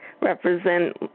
represent